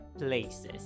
places